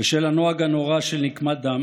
בשל הנוהג הנורא של נקמת דם